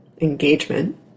engagement